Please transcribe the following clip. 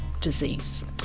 disease